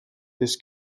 this